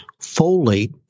folate